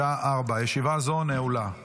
בשעה 16:00. ישיבה זו נעולה.